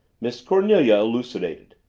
miss cornelia elucidated.